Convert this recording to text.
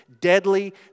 deadly